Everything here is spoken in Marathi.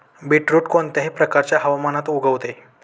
बीटरुट कोणत्याही प्रकारच्या हवामानात उगवते